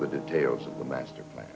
the details of the master plan